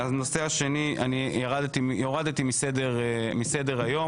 את הנושא השני הורדתי מסדר היום.